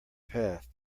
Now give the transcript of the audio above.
path